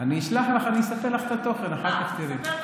סרטון צריך לראות, לא לספר.